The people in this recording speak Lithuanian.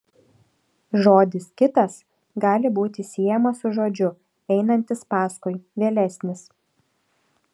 žodis kitas gali būti siejamas su žodžiu einantis paskui vėlesnis